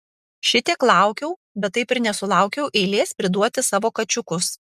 šitiek laukiau bet taip ir nesulaukiau eilės priduoti savo kačiukus